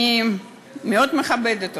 אני מאוד מכבדת אותך,